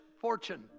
fortune